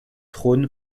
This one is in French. trône